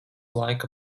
laika